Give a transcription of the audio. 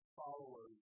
followers